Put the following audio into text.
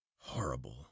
horrible